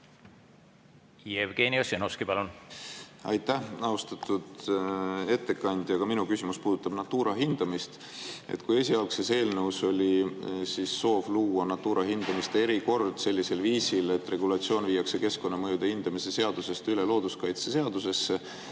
Jevgeni Ossinovski, palun! Aitäh! Austatud ettekandja! Ka minu küsimus puudutab Natura hindamist. Kui esialgses eelnõus oli soov luua Natura hindamiste erikord sellisel viisil, et regulatsioon viiakse keskkonnamõju hindamise seadusest üle looduskaitseseadusesse,